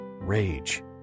rage